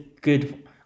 good